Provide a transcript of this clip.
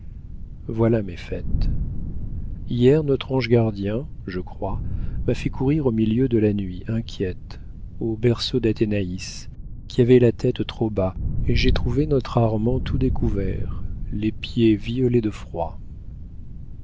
voilà mes fêtes hier notre ange gardien je crois m'a fait courir au milieu de la nuit inquiète au berceau d'athénaïs qui avait la tête trop bas et j'ai trouvé notre armand tout découvert les pieds violets de froid